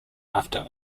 after